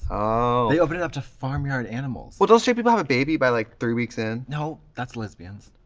ah they open it up to farmyard animals. well, don't straight people have a baby by like three weeks in? no, that's lesbians.